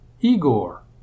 Igor